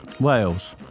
Wales